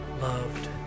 loved